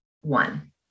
one